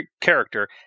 character